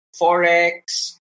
forex